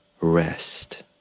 rest